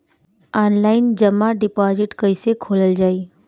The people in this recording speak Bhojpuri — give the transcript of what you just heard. आनलाइन जमा डिपोजिट् कैसे खोलल जाइ?